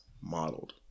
modeled